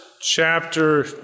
chapter